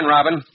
Robin